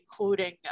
including